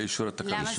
זה